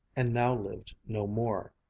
and now lived no more.